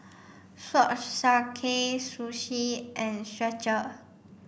Swatch Sakae Sushi and Skechers